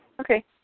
Okay